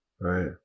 Right